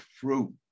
fruit